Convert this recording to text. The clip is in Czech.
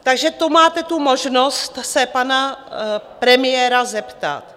Takže to máte tu možnost se pana premiéra zeptat.